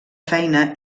feina